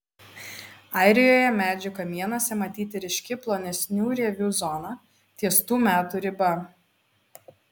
airijoje medžių kamienuose matyti ryški plonesnių rievių zona ties tų metų riba